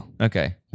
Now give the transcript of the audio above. okay